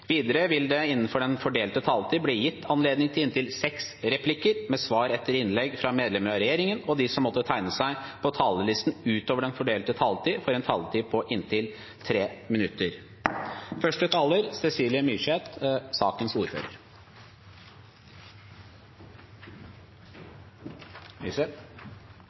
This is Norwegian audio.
Videre vil det – innenfor den fordelte taletid – bli gitt anledning til inntil seks replikker med svar etter innlegg fra medlemmer av regjeringen, og de som måtte tegne seg på talerlisten utover den fordelte taletid, får også en taletid på inntil 3 minutter.